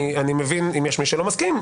אם יש מי שלא מסכים,